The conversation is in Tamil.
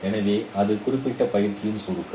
எனவே அது குறிப்பிட்ட பயிற்சியின் சுருக்கம்